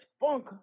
funk